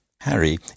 harry